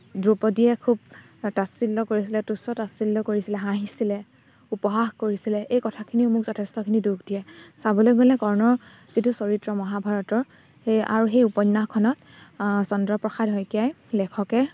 দ্ৰোপদীয়ে খুব তাচ্ছিল্য কৰিছিলে তুচ্ছ তাছিল্য কৰিছিলে হাঁহিছিলে উপহাস কৰিছিলে এই কথাখিনিয়ে মোক যথেষ্টখিনি দুখ দিয়ে চাবলৈ গ'লে কৰ্ণৰ যিটো চৰিত্ৰ মহাভাৰতৰ আৰু সেই উপন্যাসখনত চন্দ্ৰপ্ৰসাদ শইকীয়াই লেখকে